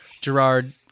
Gerard